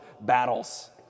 battles